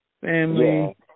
family